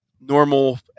normal